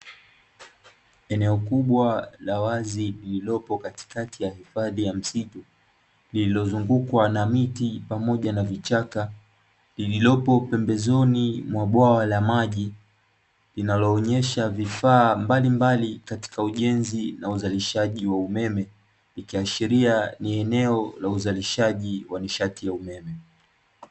Eneo kubwa la wazi lililopo katikati ya hifadhi ya msitu, lililozungukwa na miti pamoja na vichaka, lililopo pembezoni mwa bwawa la maji, linaloonyesha vifaa mbalimbali katika ujenzi na uzalishaji wa umeme, ikiashiria ni eneo la uzalishaji wa nishati ya umeme.